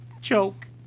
Joke